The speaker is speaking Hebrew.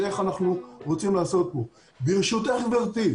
ברשותך גברתי,